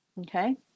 Okay